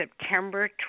September